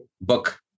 book